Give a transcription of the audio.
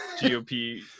GOP